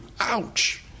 ouch